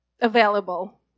available